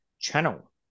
channel